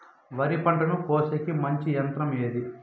వరి పంటను కోసేకి మంచి యంత్రం ఏది?